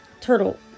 Turtle